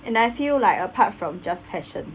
and I feel like apart from just passion